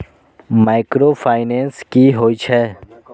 Micro finance कि होई छै?